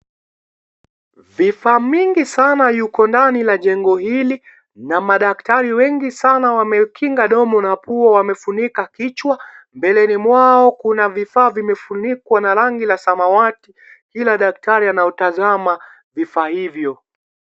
Vifaa mingi Sana liko ndani ya jengo hili na madaktari wengi sana wamekinga domo na pua wamefunika vichwa mbeleni mwao kuna vifaa vinefunikwa na rangi la samawati ila daktari anautazama vifaa hivyo.